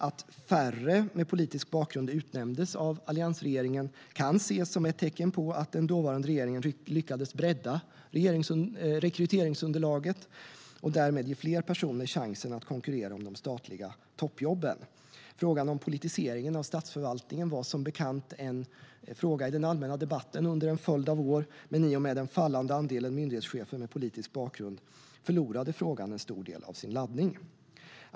Att färre med politisk bakgrund utnämndes av alliansregeringen kan ses som ett tecken på att den dåvarande regeringen lyckades bredda rekryteringsunderlaget och därmed ge fler personer chansen att konkurrera om de statliga toppjobben. Politiseringen av statsförvaltningen var som bekant en fråga i den allmänna debatten under en följd av år, men i och med den fallande andelen myndighetschefer med politisk bakgrund förlorade frågan en stor del av sin laddning.